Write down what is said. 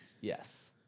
Yes